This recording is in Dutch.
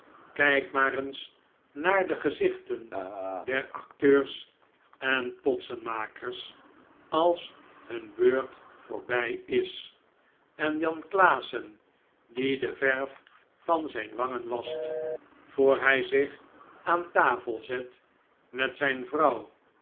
kijk maar eens naar de gezichten der acteurs en potsenmakers als hun beurt voorbij is en jan klaassen die de verf van zijn wangen wascht voor hij zich aan tafel zet met zijn